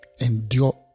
Endure